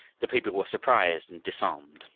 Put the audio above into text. the people were surprised and disarmed.